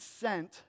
sent